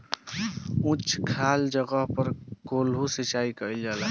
उच्च खाल जगह पर कोल्हू सिचाई कइल जाला